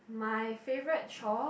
my favorite chore